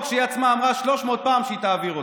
שהיא עצמה אמרה 300 פעם שהיא תעביר אותו.